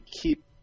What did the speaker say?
keep